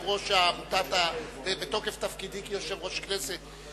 בתוקף תפקידי כיושב-ראש הכנסת,